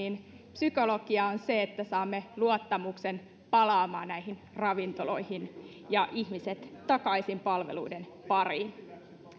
psykologia on se että saamme luottamuksen palaamaan näihin ravintoloihin ja ihmiset takaisin palveluiden